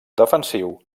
defensiu